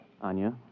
Anya